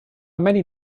many